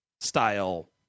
style